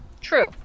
true